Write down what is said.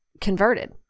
converted